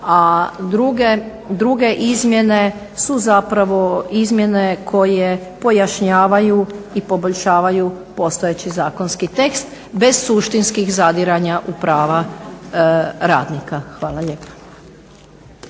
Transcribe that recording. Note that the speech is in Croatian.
a druge izmjene su zapravo izmjene koje pojašnjavaju i poboljšavaju postojeći zakonski tekst bez suštinskih zadiranja u prava radnika. Hvala lijepa.